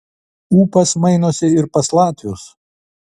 ūpas mainosi ir pas latvius